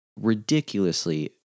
ridiculously